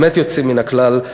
באמת יוצאים מן הכלל.